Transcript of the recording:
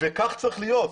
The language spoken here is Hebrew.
וכך צריך להיות.